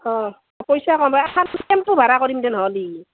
অঁ পইচা কমাই টেম্পু ভাড়া কৰিম দে নহ'লে